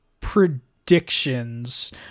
predictions